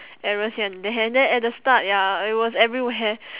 errors here and there and then at the start ya it was everywhere